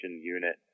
unit